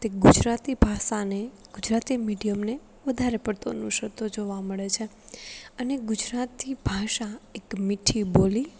તે ગુજરાતી ભાષાને ગુજરાતી મીડિયમને વધારે પડતો અનુસરતો જોવા મળે છે અને ગુજરાતી ભાષા એક મીઠી બોલી